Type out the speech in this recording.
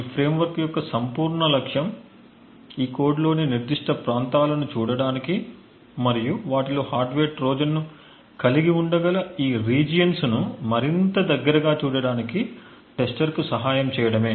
ఈ ఫ్రేమ్వర్క్ యొక్క సంపూర్ణ లక్ష్యం ఈ కోడ్లోని నిర్దిష్ట ప్రాంతాలను చూడటానికి మరియు వాటిలో హార్డ్వేర్ ట్రోజన్ను కలిగి ఉండగల ఈ రీజియన్స్ను మరింత దగ్గరగా చూడటానికి టెస్టర్కు సహాయం చేయడమే